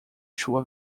chuva